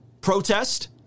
Protest